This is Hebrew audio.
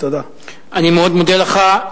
אני מאוד מודה לך.